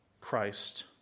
Christ